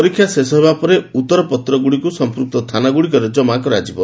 ପରୀକ୍ଷା ଶେଷ ହେବା ପରେ ଉତ୍ତର ପତ୍ରଗୁଡ଼ିକୁ ସମ୍ପୃକ୍ତ ଥାନାଗୁଡ଼ିକରେ ଜମା କରାଯିବ